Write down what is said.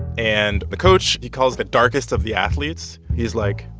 and the coach, he calls the darkest of the athletes he's like,